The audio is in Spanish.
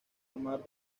armas